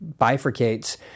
bifurcates